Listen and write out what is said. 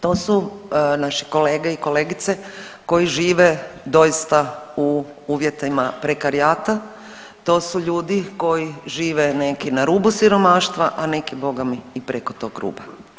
To su naši kolege i kolegice koji žive doista u uvjetima prekarijata, to su ljudi koji žive neki na rubu siromaštva, a neki bogami i preko tog ruba.